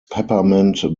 peppermint